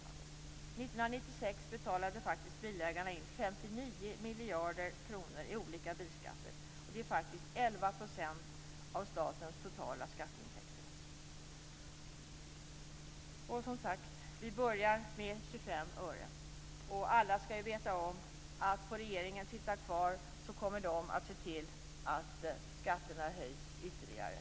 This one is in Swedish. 1996 betalade bilägarna in 59 miljarder kronor i olika bilskatter. Det är 11 % av statens totala skatteintäkter. Som sagt börjar vi med 25 öre. Alla skall veta om att om regeringen får sitta kvar så kommer den att se till att skatterna höjs ytterligare.